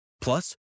Plus